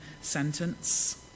sentence